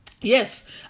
Yes